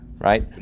Right